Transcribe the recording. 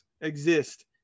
exist